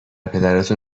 پدراتون